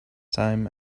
time